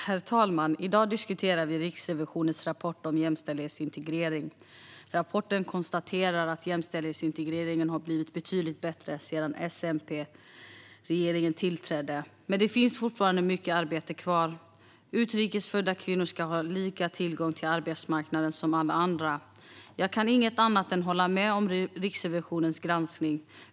Herr talman! I dag diskuterar vi Riksrevisionens rapport om jämställdhetsintegrering. Rapporten konstaterar att jämställdhetsintegreringen har blivit betydligt bättre sedan S-MP-regeringen tillträdde. Men det finns fortfarande mycket arbete kvar. Utrikes födda kvinnor ska ha lika tillgång till arbetsmarknaden som alla andra. Jag kan inget annat än hålla med om Riksrevisionens granskning.